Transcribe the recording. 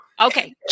Okay